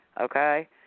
okay